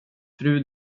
fru